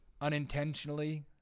unintentionally